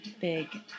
big